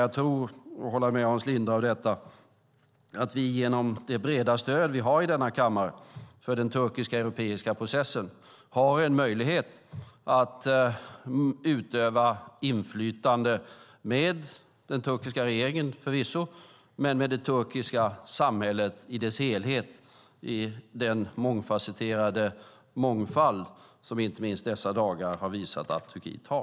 Jag tror, och håller med Hans Linde om detta, att vi genom det breda stöd vi har i denna kammare för den turkiska europeiska processen har en möjlighet att utöva inflytande med den turkiska regeringen, förvisso, men också med det turkiska samhället i dess helhet. Det handlar om den mångfasetterade mångfald som inte minst dessa dagar har visat att Turkiet har.